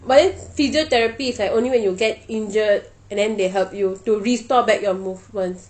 but then physiotherapy is like only when you get injured and then they help you to restore back your movements